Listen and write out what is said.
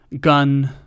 gun